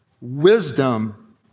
Wisdom